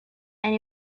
and